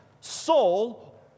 Saul